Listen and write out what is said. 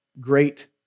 great